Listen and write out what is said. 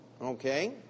Okay